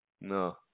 no